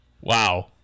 Wow